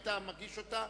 אם היית מגיש אותה,